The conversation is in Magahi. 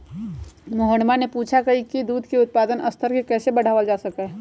मोहना ने पूछा कई की दूध के उत्पादन स्तर के कैसे बढ़ावल जा सका हई?